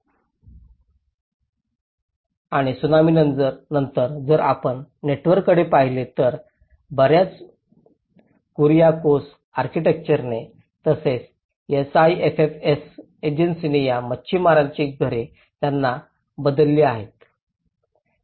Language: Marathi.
आणि त्सुनामीनंतर जर आपण नेटवर्ककडे पाहिले तर बर्याच कुरियाकोस आर्किटेक्टने तसेच एसआयएफएफएस एजन्सीने या मच्छिमारांच्या घरे त्यांनी बदलली आहेत